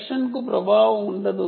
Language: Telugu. సెషన్కు ప్రభావం ఉండదు